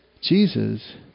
Jesus